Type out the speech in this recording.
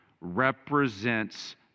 represents